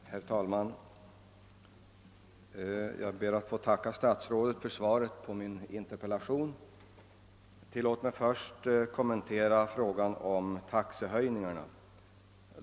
Herr talman! Jag ber att få tacka statsrådet för svaret på min interpellation. Tillåt mig först kommentera frågan om de nya taxehöjningarna.